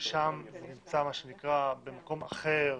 שם נמצא במקום אחר,